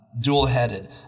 dual-headed